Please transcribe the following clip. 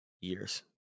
years